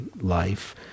life